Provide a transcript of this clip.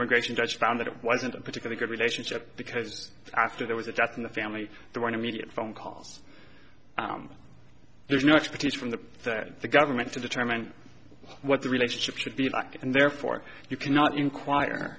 immigration judge found that it wasn't a particularly good relationship because after there was a death in the family the one immediate phone calls there's no expertise from the the government to determine what the relationship should be like and therefore you cannot inquire